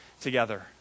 together